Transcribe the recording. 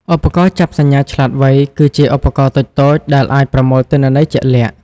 ឧបករណ៍ចាប់សញ្ញាឆ្លាតវៃគឺជាឧបករណ៍តូចៗដែលអាចប្រមូលទិន្នន័យជាក់លាក់។